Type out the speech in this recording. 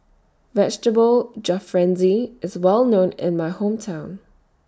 Vegetable Jalfrezi IS Well known in My Hometown